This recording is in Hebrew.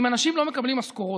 אם אנשים לא מקבלים משכורות,